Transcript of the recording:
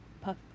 puff